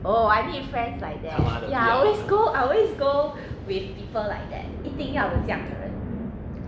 他妈的不要